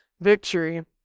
victory